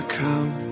come